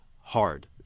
hard